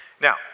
Now